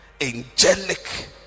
angelic